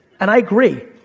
and i agree,